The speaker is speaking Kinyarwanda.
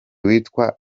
witwa